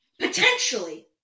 potentially